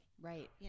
right